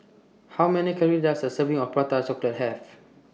How Many Calories Does A Serving of Prata Chocolate Have